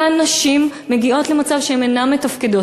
אותן נשים מגיעות למצב שהן אינן מתפקדות,